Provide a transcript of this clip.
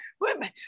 Women